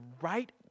right